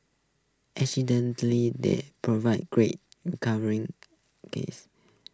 additionally they provide greater recovering case